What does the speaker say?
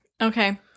Okay